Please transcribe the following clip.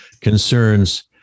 concerns